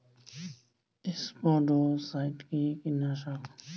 স্পোডোসাইট কি কীটনাশক?